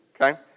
okay